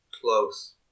Close